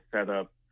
setup